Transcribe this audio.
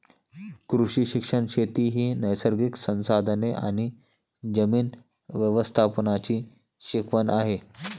कृषी शिक्षण शेती ही नैसर्गिक संसाधने आणि जमीन व्यवस्थापनाची शिकवण आहे